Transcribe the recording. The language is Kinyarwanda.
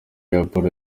raporo